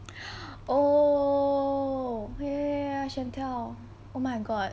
oh y~ y~ ya chantel oh my god